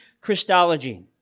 Christology